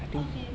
okay